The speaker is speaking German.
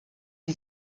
die